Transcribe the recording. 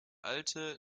alte